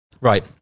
Right